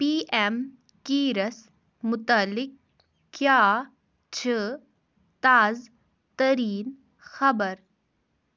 P M cares مُتعلق کیٛاہ چھُ تازٕ تٔریٖن خَبَر